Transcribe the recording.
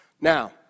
Now